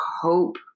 hope